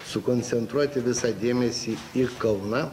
sukoncentruoti visą dėmesį į kauną